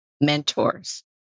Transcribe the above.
mentors